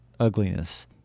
Ugliness